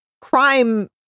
crime